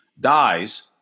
dies